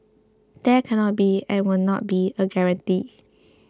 there cannot be and will not be a guarantee